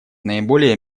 наиболее